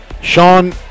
Sean